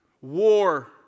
war